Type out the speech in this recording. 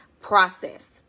process